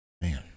Man